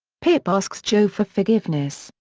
pip asks joe for forgiveness,